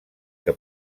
que